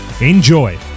Enjoy